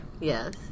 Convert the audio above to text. Yes